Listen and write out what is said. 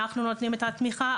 אנחנו נותנים את התמיכה,